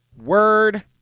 Word